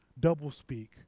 doublespeak